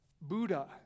Buddha